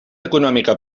econòmica